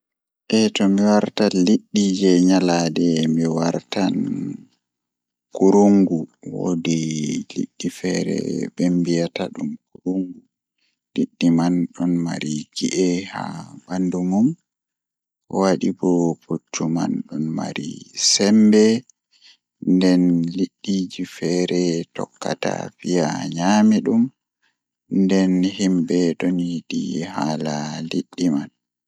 Mi waawi waawugol ko ɗi fish moƴƴi, Miɗo ɗonnoo ko laawol makko wiiɗi. Ko laawol makko wiiɗi, Sabu o waawi waɗde ngol sabu o heɓi duuɗal ka njaraama, Ɗum ɓuri heɓugol njogorde sabu o njiyataa haɓugol ngol fota. Ko kaɗo kaɗo, miɗo waɗi waɗde e hoorey ɓamɗe ngal, Miɗo heɓi semmbugol e njiggaama ngol.